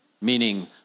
meaning